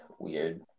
weird